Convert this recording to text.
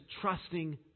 trusting